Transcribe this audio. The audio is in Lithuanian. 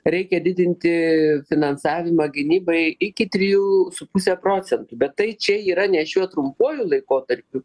reikia didinti finansavimą gynybai iki trijų su puse procentų bet tai čia yra ne šiuo trumpuoju laikotarpiu